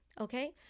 Okay